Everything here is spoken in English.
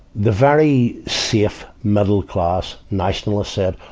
the very safe middle-class nationalist said,